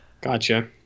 Gotcha